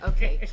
Okay